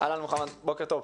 אהלן מוחמד, בוקר טוב.